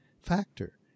factor